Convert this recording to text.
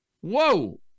Whoa